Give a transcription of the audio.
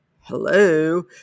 hello